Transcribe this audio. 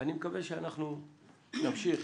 אני מקווה שאנחנו נמשיך